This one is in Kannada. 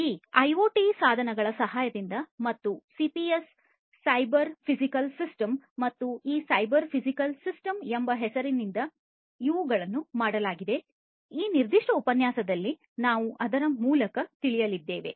ಈ ಐಒಟಿ ಸಾಧನಗಳ ಸಹಾಯದಿಂದ ಮತ್ತು ಸಿಪಿಎಸ್ ಸೈಬರ್ ಫಿಸಿಕಲ್ ಸಿಸ್ಟಮ್ಸ್ ಮತ್ತು ಈ ಸೈಬರ್ ಫಿಸಿಕಲ್ ಸಿಸ್ಟಮ್ಸ್ ಎಂಬ ಹೆಸರಿನಿಂದ ಇವುಗಳನ್ನು ಮಾಡಲಾಗುವುದು ಈ ನಿರ್ದಿಷ್ಟ ಉಪನ್ಯಾಸದಲ್ಲಿ ನಾವು ಅದರ ಮೂಲಕ ತಿಳಿಯಲಿದ್ದೇವೆ